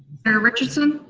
richardson?